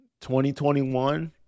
2021